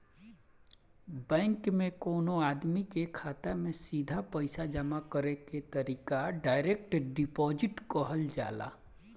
bank में कवनो आदमी के खाता में सीधा पईसा जामा करे के तरीका डायरेक्ट डिपॉजिट कहल जाला